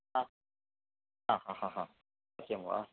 हाहाहाहा सत्यं वा